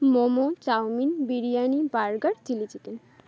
momo chow mein biryani burger chilli chicken